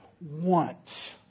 want